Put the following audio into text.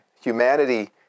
humanity